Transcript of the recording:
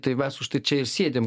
tai mes už tai čia ir sėdim